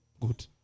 Good